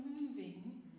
moving